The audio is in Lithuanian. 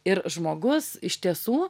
ir žmogus iš tiesų